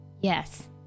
Yes